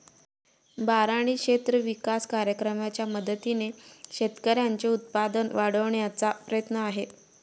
बारानी क्षेत्र विकास कार्यक्रमाच्या मदतीने शेतकऱ्यांचे उत्पन्न वाढविण्याचा प्रयत्न आहे